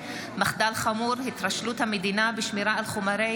בנושא: צורך בהמצאת פתרון בצפון ליישובים שנפגעו מהמלחמה,